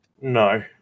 No